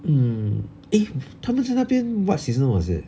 mm eh 他们在那边 what season was it